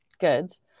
goods